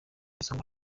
isonga